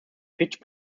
pitch